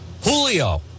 Julio